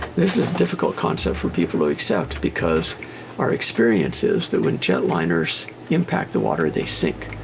this is a difficult concept for people to accept because our experience is that when jet liners impact the water they sink.